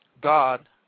God